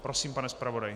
Prosím, pane zpravodaji.